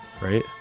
right